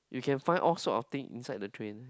you can find all sort of thing inside the train